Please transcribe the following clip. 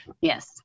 Yes